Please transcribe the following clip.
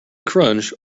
crunch